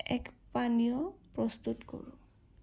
এক পানীয় প্ৰস্তুত কৰোঁ